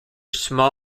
small